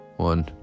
one